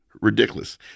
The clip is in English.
ridiculous